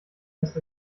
lässt